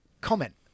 comment